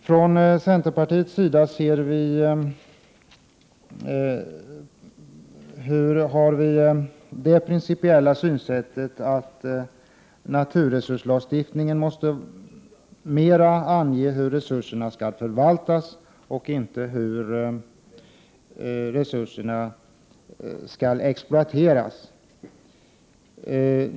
Från centerpartiets sida har vi det principiella synsättet att naturresurslagstiftningen måste mera ange hur resurserna skall förvaltas, och inte hur en exploatering skall ske.